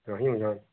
ରହି ହଉ ଯନ୍